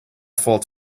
fault